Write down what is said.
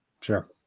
Sure